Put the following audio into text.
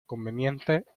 conveniente